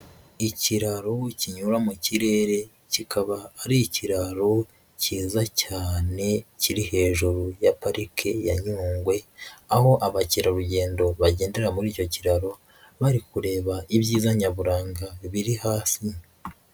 Ikiraro kinyura mu kirere kikaba ari ikiraro cyiza cyane kiri hejuru ya Parike ya Nyungwe, aho abakerarugendo bagendera muri icyo kiraro bari kureba ibyiza nyaburanga biri hasi.